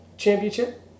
Championship